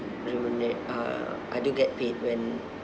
remunerate uh I do get paid when